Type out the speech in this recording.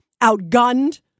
outgunned